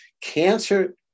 cancer